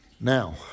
Now